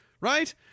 right